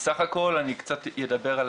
אני קצת אדבר על